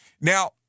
Now